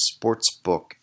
sportsbook